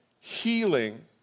healing